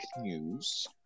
news